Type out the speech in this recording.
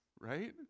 Right